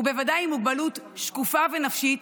ובוודאי עם מוגבלות שקופה ונפשית,